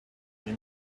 give